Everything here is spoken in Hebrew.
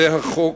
זה החוק,